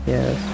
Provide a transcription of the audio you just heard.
Yes